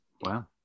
Wow